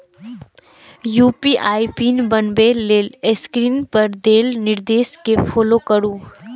UPI PIN बनबै लेल screen पर देल निर्देश कें फॉलो करू